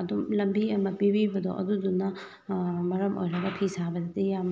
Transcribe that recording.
ꯑꯗꯨꯝ ꯂꯝꯕꯤ ꯑꯃ ꯄꯤꯕꯤꯕꯗꯣ ꯑꯗꯨꯗꯨꯅ ꯃꯔꯝ ꯑꯣꯏꯔꯒ ꯐꯤ ꯁꯥꯕꯁꯤꯅ ꯌꯥꯝ